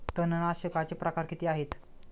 तणनाशकाचे प्रकार किती आहेत?